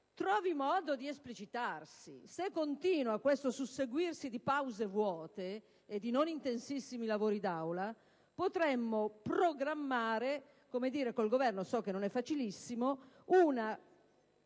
trovi modo di esplicitarsi. Se continua questo susseguirsi di pause vuote e di non intensissimi lavori d'Aula, noi potremmo programmare con il Governo - anche se so che non è facilissimo - una